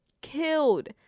killed